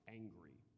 angry